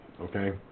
okay